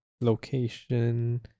location